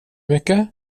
mycket